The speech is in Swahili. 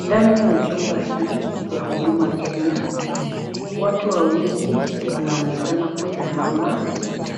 Ndani ya jumba hii ya Huduma Kenya, watu wawili wanaonekana kusimama